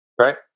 Right